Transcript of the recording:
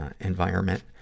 environment